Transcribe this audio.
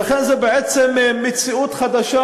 ולכן זו בעצם מציאות חדשה,